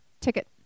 ticket